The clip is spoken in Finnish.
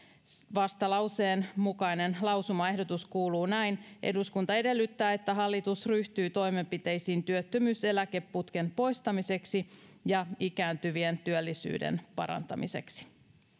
vastalauseen mukainen lausumaehdotus kuuluu näin eduskunta edellyttää että hallitus ryhtyy toimenpiteisiin työttömyyseläkeputken poistamiseksi ja ikääntyvien työllisyyden parantamiseksi